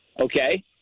Okay